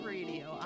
Radio